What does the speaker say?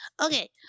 Okay